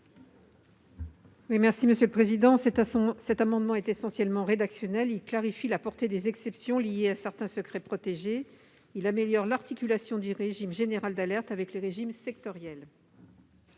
est à Mme le rapporteur. Cet amendement est essentiellement rédactionnel. Il vise à clarifier la portée des exceptions liées à certains secrets protégés et à améliorer l'articulation du régime général d'alerte avec les régimes sectoriels.